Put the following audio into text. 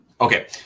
Okay